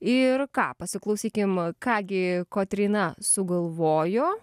ir ką pasiklausykim ką gi kotryna sugalvojo